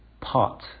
pot